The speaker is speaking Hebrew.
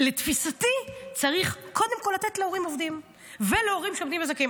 לתפיסתי צריך קודם כול לתת להורים עובדים ולהורים שעומדים בזכאות.